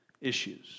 issues